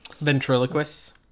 Ventriloquists